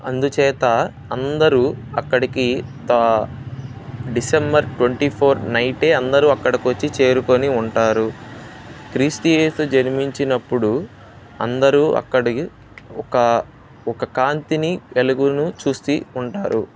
అందుచేత అందరు అక్కడికి త డిసెంబర్ ట్వంటీ ఫోర్ నైట్ అందరు అక్కడకి వచ్చి చేరుకొని ఉంటారు క్రీస్తు ఏసు జన్మించినప్పుడు అందరూ అక్కడి ఒక ఒక కాంతిని వెలుగును చూసి ఉంటారు